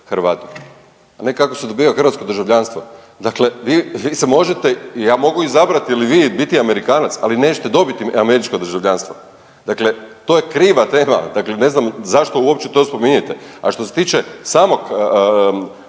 Hrvatom, ne kako se dobiva hrvatsko državljanstvo. Dakle, vi se možete i ja mogu izabrati ili vi biti Amerikanac, ali nećete dobiti američko državljanstvo. Dakle, to kriva tema, dakle ne znam zašto uopće to spominjete. A što se tiče samog